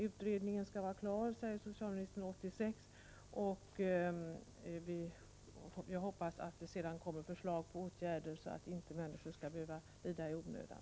Utredningen skall vara klar 1986, säger socialministern, och jag hoppas att det sedan kommer förslag till åtgärder, så att människor inte skall behöva lida i onödan.